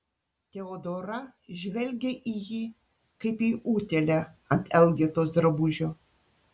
teodora žvelgė į jį kaip į utėlę ant elgetos drabužio